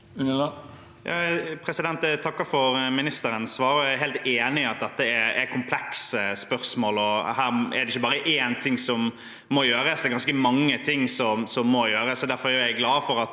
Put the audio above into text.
Jeg takker for ministerens svar. Jeg er helt enig i at dette er komplekse spørsmål, og at det ikke er bare én ting som må gjøres. Det er ganske mange ting som må gjøres.